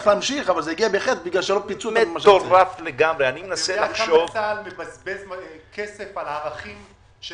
כמה כסף צבא הגנה לישראל מבזבז על ערכים של